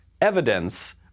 evidence